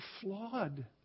flawed